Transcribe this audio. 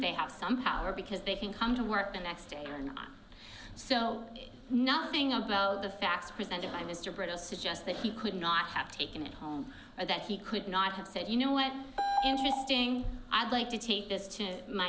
they have some power because they can come to work the next day or not so nothing about the facts presented by mr britta suggest that he could not have taken it home or that he could not have said you know what's interesting i'd like to take this to my